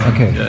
Okay